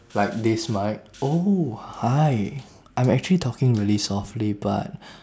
like this mic oh hi I'm actually talking really softly but